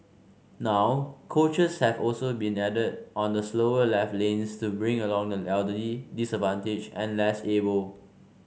now coaches have also been added on the slower left lanes to bring along the elderly disadvantaged and less able